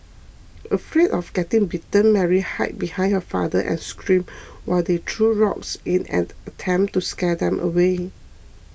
afraid of getting bitten Mary hid behind her father and screamed while he threw rocks in an attempt to scare them away